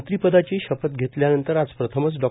मंत्रीपदाची शपथ घेतल्यानंतर आज प्रथमच डॉ